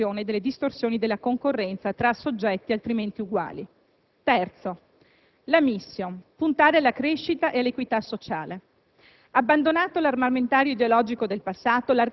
perché una riduzione dell'evasione fiscale comporta anche una riduzione delle distorsioni della concorrenza tra soggetti altrimenti uguali. Terzo obiettivo: la *mission*, puntare alla crescita e all'equità sociale.